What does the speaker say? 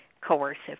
coercive